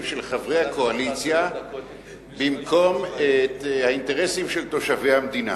של חברי הקואליציה במקום את האינטרסים של תושבי המדינה"?